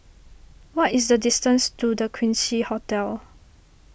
what is the distance to the Quincy Hotel